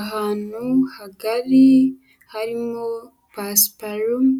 Ahantu hagari harimo pasiparume,